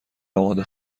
آماده